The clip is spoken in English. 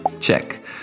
Check